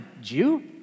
Jew